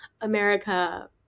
America